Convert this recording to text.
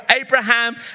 Abraham